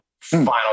final